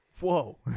whoa